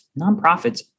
nonprofits